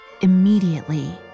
immediately